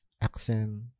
accent